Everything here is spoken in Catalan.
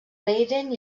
leiden